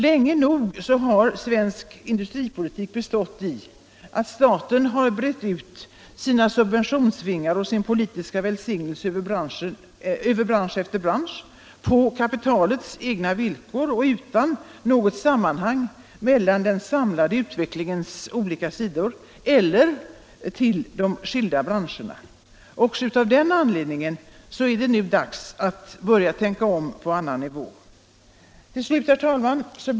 Länge nog har svensk industripolitik bestått i att staten brett ut sina subventionsvingar och sin politiska välsignelse över bransch efter bransch på kapitalets villkor och utan något sammanhang mellan den samlade utvecklingens olika sidor eller de skilda branscherna. Också av den anledningen är det dags att börja tänka om på en annan nivå. Herr talman!